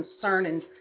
concerning